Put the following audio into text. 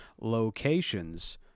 locations